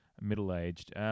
middle-aged